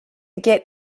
get